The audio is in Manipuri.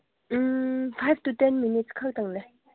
ꯐꯥꯏꯚ ꯇꯨ ꯇꯦꯟ ꯃꯤꯅꯤꯠꯁ ꯈꯛꯇꯪꯅꯦ